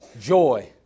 joy